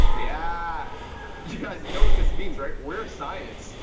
yeah you guys, you know what this means right? we're a science!